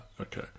okay